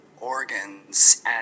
organs